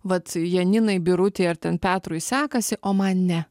vat janinai birutei ar ten petrui sekasi o man ne